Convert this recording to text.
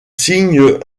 signent